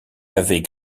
avait